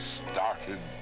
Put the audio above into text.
started